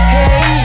Hey